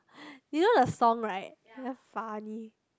you know the song right damn funny